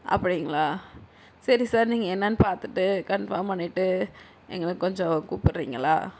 அப்படிங்ளா சரி சார் நீங்கள் என்னன்னு பார்த்துட்டு கன்ஃபார்ம் பண்ணிட்டு எங்களுக்கு கொஞ்சம் கூப்பிட்றீங்களா